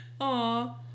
Aw